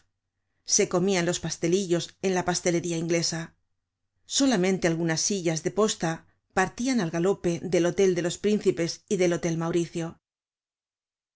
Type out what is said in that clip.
se comian pastelillos en la pastelería inglesa solamente algunas sillas de posta partian al galope del hotel de los príncipes y del hótel mauricio